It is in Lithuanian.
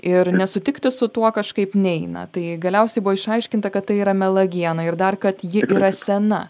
ir nesutikti su tuo kažkaip neina tai galiausiai buvo išaiškinta kad tai yra melagiena ir dar kad ji yra sena